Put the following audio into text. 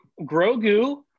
Grogu